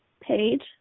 page